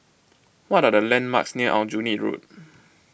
what are the landmarks near Aljunied Road